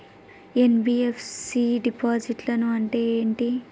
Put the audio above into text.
NBFC డిపాజిట్లను అంటే ఏంటి?